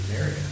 area